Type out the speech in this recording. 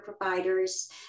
providers